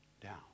down